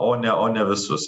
o ne o ne visus